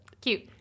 Cute